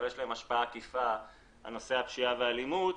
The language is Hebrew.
אבל יש להם השפעה עקיפה על נושא הפשיעה והאלימות,